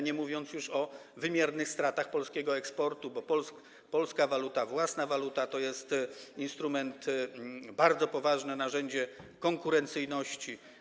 nie mówiąc już o wymiernych stratach polskiego eksportu, bo polska waluta, własna waluta to jest instrument, bardzo poważne narzędzie konkurencyjności.